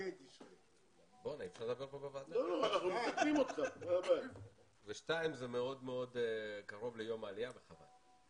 זה מאוד קרוב ליום העלייה, וחבל,